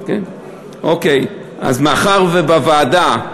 אז מאחר שבוועדה,